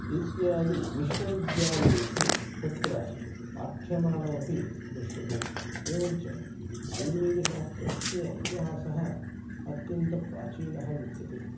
इत्यादि विश्वविद्यालयेषु तत्र पाठ्यमानमपि दृश्यते एवञ्च आयुर्वेदशास्त्रस्य इतिहासः अत्यन्तप्राचीनः विद्यते